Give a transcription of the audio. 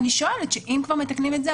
אני שואלת: אם כבר מתקנים את זה,